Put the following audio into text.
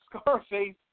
Scarface